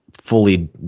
fully